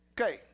Okay